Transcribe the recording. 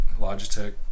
Logitech